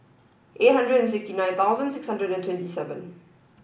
eight hundred and sixty nine thousand six hundred and twenty seven